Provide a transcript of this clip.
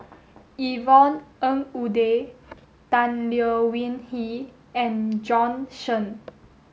Yvonne Ng Uhde Tan Leo Wee Hin and Shen